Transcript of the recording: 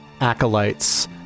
acolytes